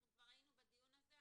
כבר היינו בדיון הזה.